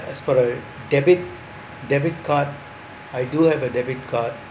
as for a debit debit card I do have a debit card